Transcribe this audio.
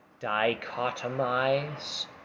dichotomize